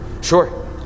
sure